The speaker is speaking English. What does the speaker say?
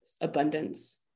abundance